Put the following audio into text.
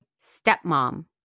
Stepmom